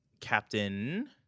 Captain